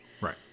Right